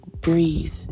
breathe